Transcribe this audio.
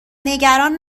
نگران